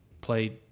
Played